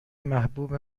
محبوب